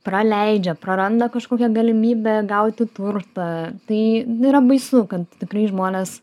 praleidžia praranda kažkokią galimybę gauti turtą tai yra baisu kad tikrai žmonės